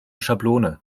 schablone